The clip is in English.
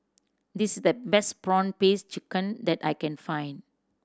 this is the best prawn paste chicken that I can find